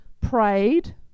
prayed